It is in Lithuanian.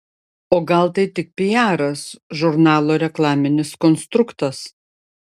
o gal tai tik piaras žurnalo reklaminis konstruktas